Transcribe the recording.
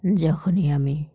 যখনই আমি